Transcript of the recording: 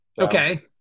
Okay